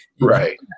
Right